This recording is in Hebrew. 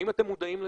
האם אתם מודעים לזה?